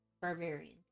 barbarian